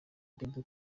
bebe